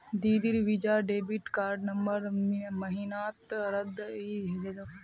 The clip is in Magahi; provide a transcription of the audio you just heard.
दीदीर वीजा डेबिट कार्ड नवंबर महीनात रद्द हइ जा तोक